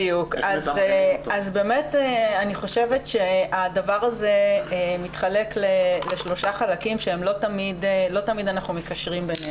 אני חושבת שהדבר הזה מתחלק לשלושה חלקים שלא תמיד אנחנו מקשרים ביניהם.